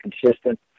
consistent